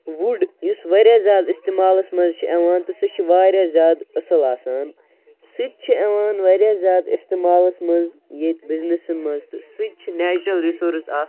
wood یُس واریاہ زیاد اِستعمالَس مَنٛز چھُ یِوان تہٕ سُہ چھُ واریاہ زیادٕ اَصل آسان سُہ تہِ چھُ یِوان واریاہ زیادٕ اِستعمالَس مَنٛز ییٚتہِ بِزنٮ۪سَن مَنٛز تہٕ سُہ تہِ چھُ نیچرَل رِسورس اکھ